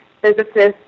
physicists